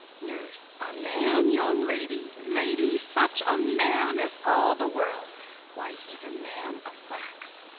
nurse. a man, young lady! lady, such a man as all the world why he's a man of wax.